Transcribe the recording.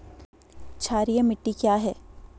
क्षारीय मिट्टी क्या है?